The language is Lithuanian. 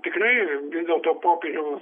tikrai vis dėlto popiežiaus